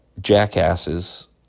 jackasses